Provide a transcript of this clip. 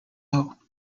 low